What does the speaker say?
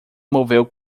moveu